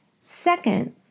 Second